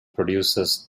produces